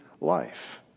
life